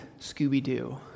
Scooby-Doo